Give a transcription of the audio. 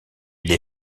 des